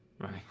right